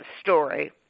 story